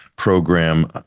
program